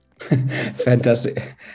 Fantastic